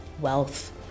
wealth